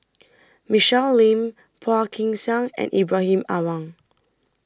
Michelle Lim Phua Kin Siang and Ibrahim Awang